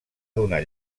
donar